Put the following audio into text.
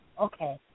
Okay